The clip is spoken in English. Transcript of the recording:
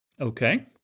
Okay